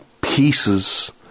pieces